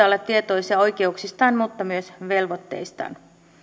olla tietoisia oikeuksistaan mutta myös velvoitteistaan